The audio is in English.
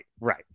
Right